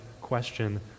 question